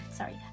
sorry